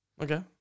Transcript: Okay